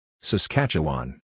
Saskatchewan